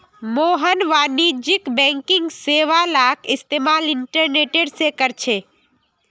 मोहन वाणिज्यिक बैंकिंग सेवालाक इस्तेमाल इंटरनेट से करछे